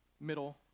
middle